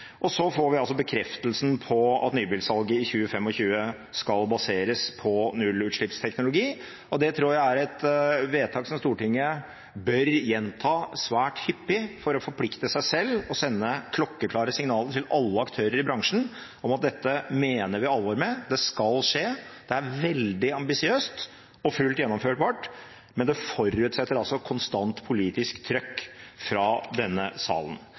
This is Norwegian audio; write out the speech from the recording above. Så får vi altså bekreftelsen på at nybilsalget i 2025 skal baseres på nullutslippsteknologi, og det tror jeg er et vedtak som Stortinget bør gjenta svært hyppig for å forplikte seg selv, og sende klokkeklare signaler til alle aktører i bransjen om at dette mener vi alvor med – det skal skje. Det er veldig ambisiøst – og fullt gjennomførbart – men det forutsetter altså konstant politisk trykk fra denne salen.